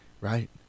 Right